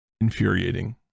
infuriating